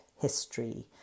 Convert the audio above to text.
history